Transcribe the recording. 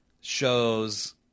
shows